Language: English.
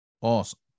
Awesome